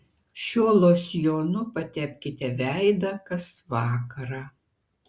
šiuo losjonu patepkite veidą kas vakarą